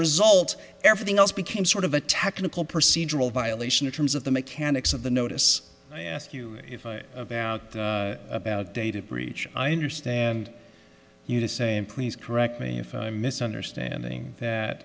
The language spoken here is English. result everything else became sort of a technical procedural violation in terms of the mechanics of the notice i asked you about data breach i understand you to saying please correct me if i'm misunderstanding that